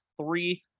three